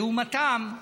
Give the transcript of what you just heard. לעומתם,